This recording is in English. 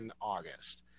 August